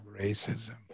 racism